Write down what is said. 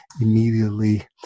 immediately